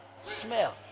smell